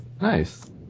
Nice